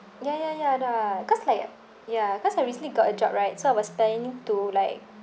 ya ya ya lah cause like ya cause I recently got a job right so I was planning to like